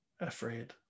afraid